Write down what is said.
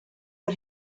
but